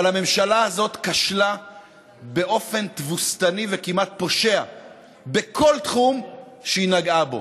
אבל הממשלה הזאת כשלה באופן תבוסתני וכמעט פושע בכל תחום שהיא נגעה בו.